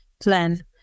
plan